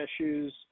issues